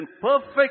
perfect